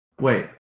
Wait